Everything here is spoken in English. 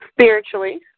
Spiritually